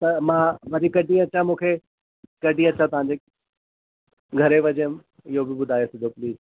त मां वरी कॾहिं अचां मूंखे कॾहिं अचां तव्हांजे घणे बजे इहो बि ॿुधाए छॾियो प्लीज